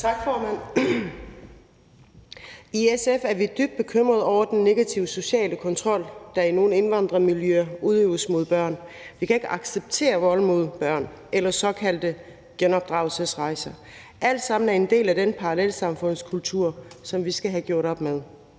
Tak, formand. I SF er vi dybt bekymrede over den negative sociale kontrol, der i nogle indvandrermiljøer udøves mod børn. Vi kan ikke acceptere vold mod børn eller såkaldte genopdragelsesrejser. Alt sammen er en del af den parallelsamfundskultur, som vi skal have gjort op med.